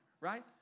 right